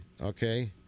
okay